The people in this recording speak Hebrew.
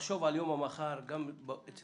לחשוב על יום המחר גם אצל